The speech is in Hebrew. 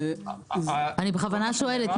אני בכוונה שואלת,